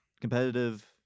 competitive